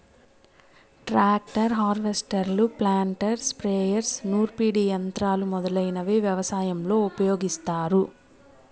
tractor, హార్వెస్టర్లు, planter, sprayers, నూర్పిడి యంత్రాలు మొదలైనవి వ్యవసాయంలో ఉపయోగిస్తారు